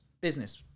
business